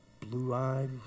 blue-eyed